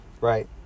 right